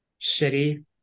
shitty